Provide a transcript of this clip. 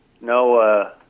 no